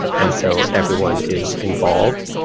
and so everyone is involved,